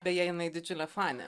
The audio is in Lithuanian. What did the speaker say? beje jinai didžiulė fanė